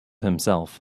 himself